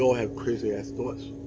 have crazy ass thoughts.